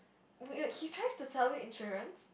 wait he tries to sell you insurance